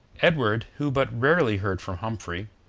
edward, who but rarely heard from humphrey,